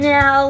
Now